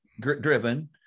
driven